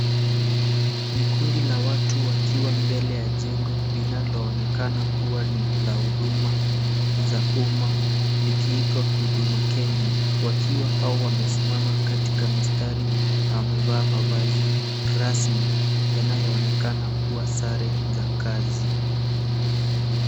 Ni kundi la watu wakiwa mbele ya jengo linaloonekana kuwa ni la Huduma za umma likiitwa, Huduma Kenya, wakiwa hao wamesimama katika mistari na wamevaa mavazi rasmi yanayoonekana kuwa sare za kazi.